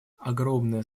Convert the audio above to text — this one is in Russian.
огромное